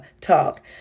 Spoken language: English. talk